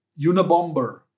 Unabomber